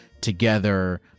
together